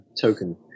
token